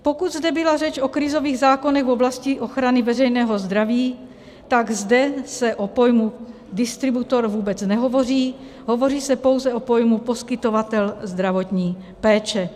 Pokud zde byla řeč o krizových zákonech v oblasti ochrany veřejného zdraví, tak zde se o pojmu distributor vůbec nehovoří, hovoří se pouze o pojmu poskytovatel zdravotní péče.